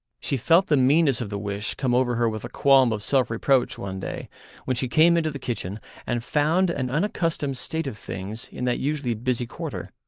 she felt the meanness of the wish come over her with a qualm of self-reproach one day when she came into the kitchen and found an unaccustomed state of things in that usually busy quarter.